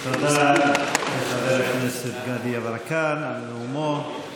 תודה לחבר הכנסת גדי יברקן על נאומו.